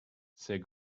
ces